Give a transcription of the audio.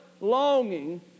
longing